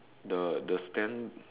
the the stand